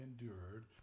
endured